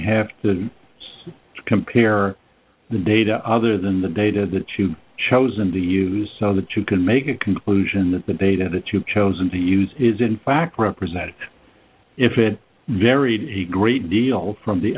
have to compare the data other than the data the two chosen to use so that you can make a conclusion that the data that you've chosen to use is in fact represented if it varied a great deal from the